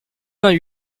vingt